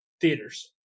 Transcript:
theaters